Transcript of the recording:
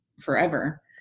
forever